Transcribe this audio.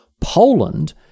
Poland